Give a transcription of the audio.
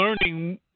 learning